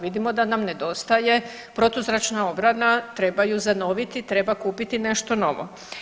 Vidimo da nam nedostaje protuzračna obrana, treba ju zanoviti, treba kupiti nešto novo.